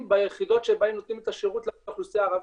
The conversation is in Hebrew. ביחידות שבהן נותנים את השירות לאוכלוסייה הערבית.